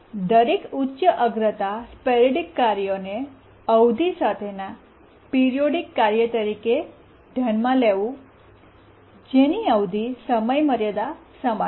દરેક ઉચ્ચ અગ્રતા સ્પોરૈડિક કાર્યને અવધિ સાથેના પિરીયોડીક કાર્ય તરીકે ધ્યાનમાં લેવું જેની અવધિ સમયમર્યાદા સમાન છે